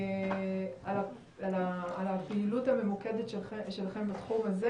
על הפעילות הממוקדת שלכם בתחום הזה